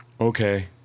okay